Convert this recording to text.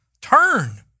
Turn